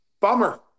Bummer